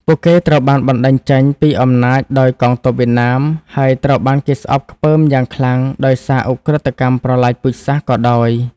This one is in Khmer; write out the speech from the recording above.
ពួកគេត្រូវបានបណ្ដេញចេញពីអំណាចដោយកងទ័ពវៀតណាម ហើយត្រូវបានគេស្អប់ខ្ពើមយ៉ាងខ្លាំងដោយសារឧក្រិដ្ឋកម្មប្រល័យពូជសាសន៍ក៏ដោយ។